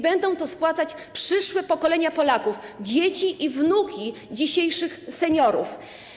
Będą to spłacać przyszłe pokolenia Polaków, dzieci i wnuki dzisiejszych seniorów.